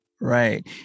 Right